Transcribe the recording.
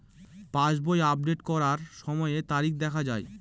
পাসবই update করার সময়ে তারিখ দেখা য়ায়?